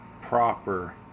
proper